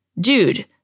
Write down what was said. dude